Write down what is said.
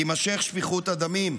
תימשך שפיכות הדמים,